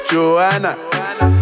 Joanna